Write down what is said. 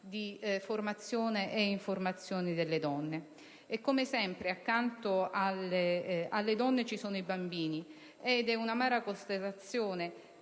di formazione e informazione delle donne. Come sempre, accanto alle donne ci sono i bambini. Ed è un'amara constatazione